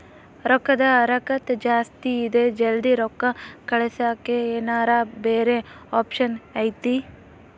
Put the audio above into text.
ರೊಕ್ಕದ ಹರಕತ್ತ ಜಾಸ್ತಿ ಇದೆ ಜಲ್ದಿ ರೊಕ್ಕ ಕಳಸಕ್ಕೆ ಏನಾರ ಬ್ಯಾರೆ ಆಪ್ಷನ್ ಐತಿ?